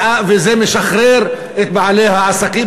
וזה משחרר את בעלי העסקים,